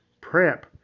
prep